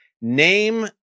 Name